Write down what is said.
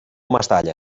mestalla